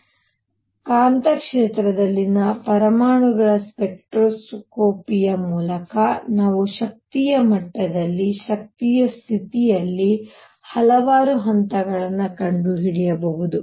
ಆದ್ದರಿಂದ ಕಾಂತಕ್ಷೇತ್ರದಲ್ಲಿನ ಪರಮಾಣುಗಳ ಸ್ಪೆಕ್ಟ್ರೋಸ್ಕೋಪಿ ಮೂಲಕ ನಾವು ಶಕ್ತಿಯ ಮಟ್ಟದಲ್ಲಿ ಶಕ್ತಿಯ ಸ್ಥಿತಿಯಲ್ಲಿ ಹಲವಾರು ಹಂತಗಳನ್ನು ಕಂಡುಹಿಡಿಯಬಹುದು